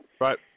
Right